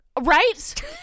Right